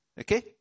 Okay